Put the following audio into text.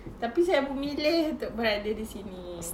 tapi saya memilih untuk berada di sini